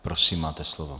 Prosím, máte slovo.